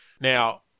Now